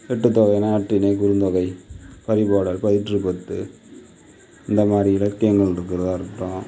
எட்டுத்தொகைனா நற்றிணை குறுந்தொகை பரிபாடல் பயிற்றுப்பத்து இந்தமாதிரி இலக்கியங்கள்ருக்கிறதா இருக்கட்டும்